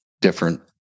different